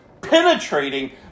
penetrating